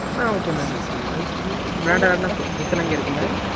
ஆ okay ma'am மாடலான fridge எல்லாம் இங்கே இருக்கு மேம்